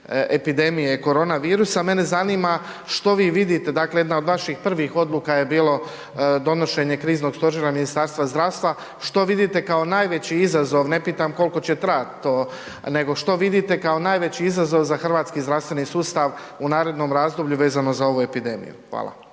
epidemije koronavirusa. Mene zanima što vi vidite, dakle jedna od vaših prvih odluka je bilo donošenje Kriznog stožera Ministarstva zdravstva, što vidite kao najveći izazov, ne pitam kolko će trajat to, nego što vidite kao najveći izazov za hrvatski zdravstveni sustav u narednom razdoblju vezano za ovu epidemiju. Hvala.